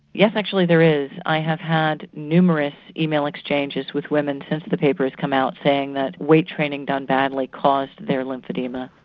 yes, actually there is. i have had numerous email exchanges with women since the paper has come out saying that weight training done badly caused their lymphoedema.